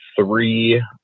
three